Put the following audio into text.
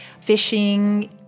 fishing